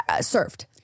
served